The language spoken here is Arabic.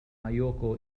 مايوكو